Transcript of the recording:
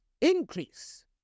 increase